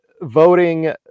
Voting